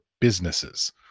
businesses